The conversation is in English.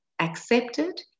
accepted